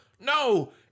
No